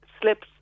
slips